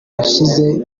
yashyize